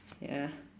ya